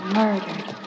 murdered